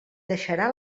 deixarà